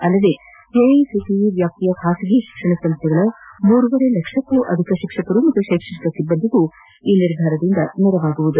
ಅಲ್ಲದೇ ಎಐಸಿಟಿಇ ವ್ಯಾಪ್ತಿಯ ಬಾಸಗಿ ಶಿಕ್ಷಣ ಸಂಸ್ಥೆಗಳ ಮೂರುವರೆ ಲಕ್ಷಕ್ಕೂ ಅಧಿಕ ಶಿಕ್ಷಕರು ಹಾಗೂ ಶ್ಲೆಕ್ಷಣಿಕ ಸಿಬ್ಲಂದಿಗೂ ನೆರವಾಗಲಿದೆ